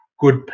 good